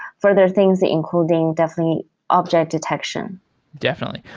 further things including definitely object detection definitely.